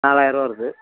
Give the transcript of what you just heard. நாலாயிர்ருபா வருது